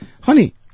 honey